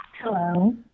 hello